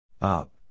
Up